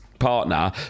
partner